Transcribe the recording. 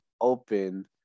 open